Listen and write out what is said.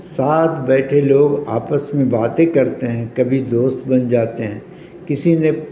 سات بیٹھے لوگ آپس میں باتیں کرتے ہیں کبھی دوست بن جاتے ہیں کسی نے